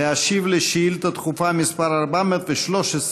להשיב על שאילתה דחופה מס' 413,